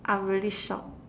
I'm really shock